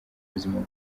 buzima